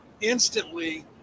instantly